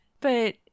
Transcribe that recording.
but-